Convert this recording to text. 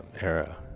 era